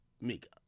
Mika